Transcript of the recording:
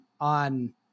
on